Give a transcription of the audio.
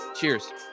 cheers